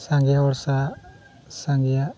ᱥᱟᱸᱜᱮ ᱦᱚᱲ ᱥᱟᱞᱟᱜ ᱥᱟᱸᱜᱮᱭᱟᱜ